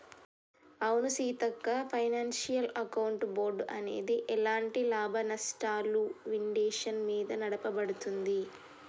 అవును Seethakka financial account board అనేది ఎలాంటి లాభనష్టాలు విండేషన్ మీద నడపబడుతుంది